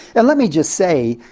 and let me just say,